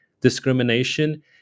discrimination